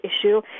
issue